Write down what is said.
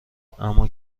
اما